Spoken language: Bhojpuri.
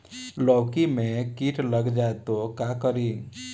लौकी मे किट लग जाए तो का करी?